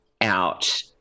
out